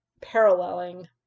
paralleling